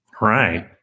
Right